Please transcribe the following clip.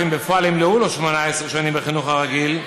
אם בפועל ימלאו לו 18 שנים בחינוך הרגיל,